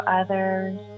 others